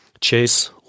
Chase